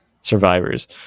survivors